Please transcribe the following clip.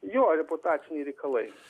jo reputaciniai reikalai